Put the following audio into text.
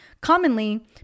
Commonly